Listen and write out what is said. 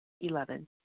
Eleven